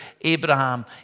Abraham